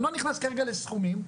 אני לא נכנס כרגע לסכומים.